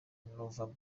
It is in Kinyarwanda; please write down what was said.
nova